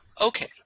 okay